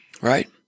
right